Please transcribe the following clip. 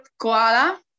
koala